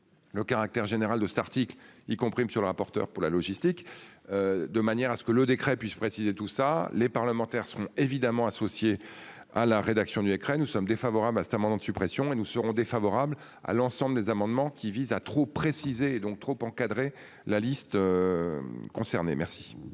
Le caractère général de cet article, y compris monsieur le rapporteur pour la logistique. De manière à ce que le décret puisse préciser tout ça, les parlementaires seront évidemment associés à la rédaction du décret nous sommes défavorables à cet amendement de suppression et nous serons défavorables à l'ensemble des amendements qui visent à trop préciser donc trop encadrer la liste. Concernés. Merci.